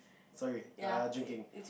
sorry err drinking